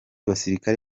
basirikare